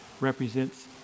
represents